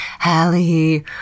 Hallie